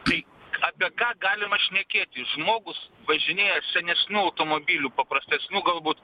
tai apie ką galima šnekėti žmogus važinėja senesniu automobiliu paprastesniu galbūt